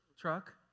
truck